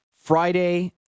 Friday